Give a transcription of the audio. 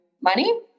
money